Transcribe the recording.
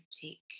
take